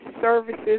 services